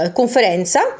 conferenza